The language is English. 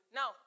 now